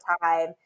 time